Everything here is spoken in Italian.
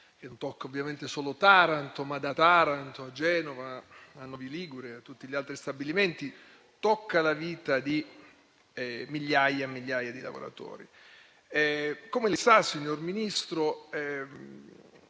che non tocca ovviamente solo Taranto, ma da Taranto a Genova a Novi Ligure e a tutti gli altri stabilimenti, tocca la vita di migliaia e migliaia di lavoratori. Come lei sa, signor Ministro,